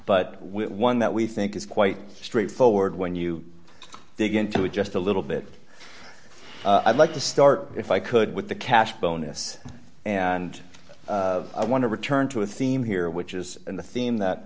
but one that we think is quite straightforward when you begin to adjust a little bit i'd like to start if i could with the cash bonus and i want to return to a theme here which is the theme that